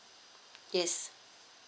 yes